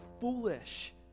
foolish